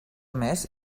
més